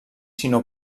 sinó